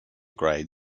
grade